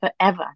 forever